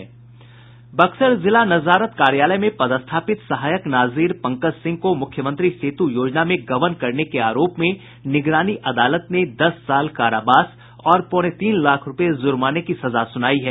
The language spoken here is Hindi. बक्सर जिला नजारत कार्यालय में पदस्थापित सहायक नाजिर पंकज सिंह को मुख्यमंत्री सेतु योजना में गबन करने के आरोप में निगरानी अदालत ने दस साल कारावास और पौने तीन लाख रूपये जुर्माने की सजा सुनायी है